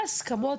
אין בעיה,